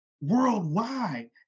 worldwide